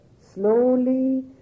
slowly